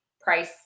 price